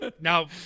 Now